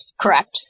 Correct